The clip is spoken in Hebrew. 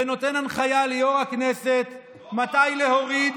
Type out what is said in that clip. ונותן הנחיה ליו"ר הכנסת מתי להוריד.